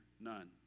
none